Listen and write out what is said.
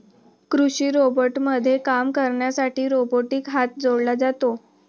कृषी रोबोटमध्ये काम करण्यासाठी रोबोटिक हात जोडला जातो